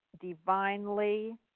divinely